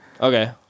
Okay